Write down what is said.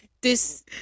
This-